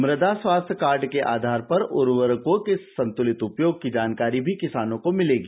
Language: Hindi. मुदा स्वास्थ्य कार्ड के आधार पर उर्वरकों के संतुलित उपयोग की जानकारी भी किसानों को मिलेगी